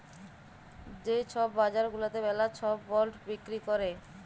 যে ছব বাজার গুলাতে ম্যালা ছব বল্ড বিক্কিরি ক্যরে